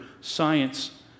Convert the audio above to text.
science